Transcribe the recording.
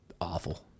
awful